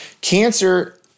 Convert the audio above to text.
Cancer